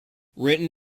written